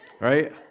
right